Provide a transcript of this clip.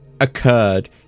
occurred